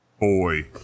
Boy